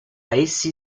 essi